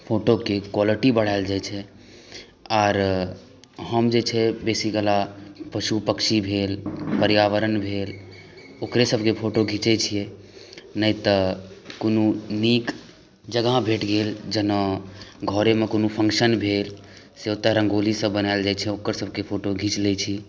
फोटोके क्वालिटी बढायल जाइ छै आर हम जे छै बेसी कला पशु पक्षी भेल पर्यावरण भेल ओकरे सबके फोटो घिचै छियै नहि तऽ कोनो नीक जगह भेट गेल जेना घरे मे कोनो फंक्शन भेल से ओतऽ रंगोली सब बनायल जाइ छै ओकर सबके फोटो घीच लै छी